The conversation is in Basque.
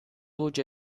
gutxi